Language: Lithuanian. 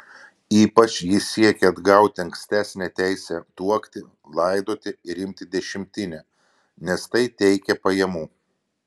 ypač ji siekė atgauti ankstesnę teisę tuokti laidoti ir imti dešimtinę nes tai teikė pajamų